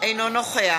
אינו נוכח